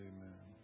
Amen